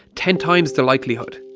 ten times the likelihood.